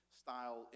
style